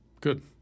Good